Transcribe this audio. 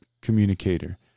communicator